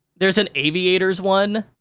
there's an aviators one.